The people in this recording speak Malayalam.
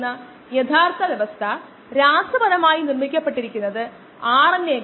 അതിനാൽ സ്വാഭാവിക ലോഗ് xv നോട്ട് xv അടിസ്ഥാന 10 xv ലേക്ക് 2